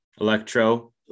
electro